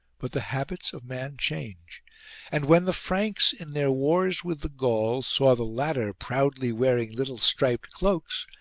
but the habits of man change and when the franks, in their wars with the gauls, saw the latter proudly wearing little striped cloaks,